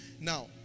Now